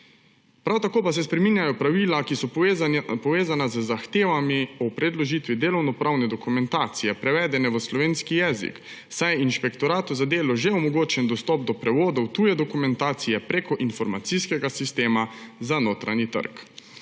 Prav tako pa se spreminjajo pravila, ki so povezana z zahtevami o predložitvi delovnopravne dokumentacije, prevedene v slovenski jezik, saj je Inšpektoratu za delo že omogočen dostop do prevodov tuje dokumentacije preko informacijskega sistema za notranji trg.